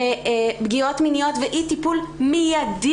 פגיעות מיניות ואי טיפול מיידי,